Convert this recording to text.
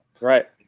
right